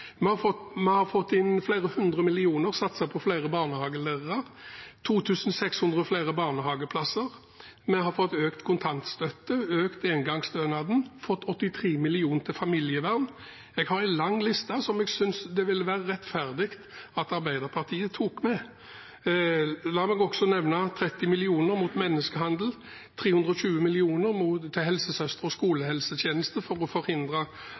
flere barnehagelærere, 2 600 flere barnehageplasser, vi har fått økt kontantstøtten, økt engangsstønaden, fått 83 mill. kr til familievern – jeg har en lang liste, som jeg synes det ville være rettferdig at Arbeiderpartiet tok med. La meg også nevne 30 mill. kr mot menneskehandel, 320 mill. kr til helsesøster- og skolehelsetjeneste for å forhindre